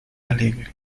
alegre